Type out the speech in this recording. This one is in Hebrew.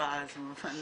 ההפרעה הזו, אבל